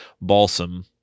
Balsam